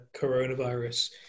coronavirus